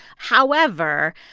however,